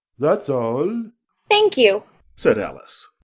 that's all thank you said alice,